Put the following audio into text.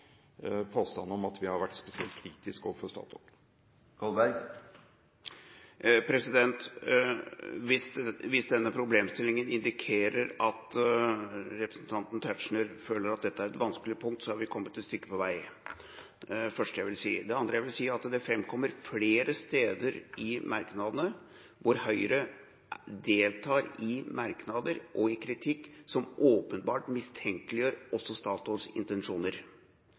påstanden om at vi har vært spesielt kritisk overfor Statoil. Hvis denne problemstillinga indikerer at representanten Tetzschner føler at dette er et vanskelig punkt, har vi kommet et stykke på vei. Det er de første jeg vil si. Det andre jeg vil si, er at det framkommer flere steder i innstillinga at Høyre deltar i merknader og kritikk som åpenbart mistenkeliggjør Statoils intensjoner.